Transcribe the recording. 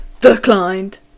declined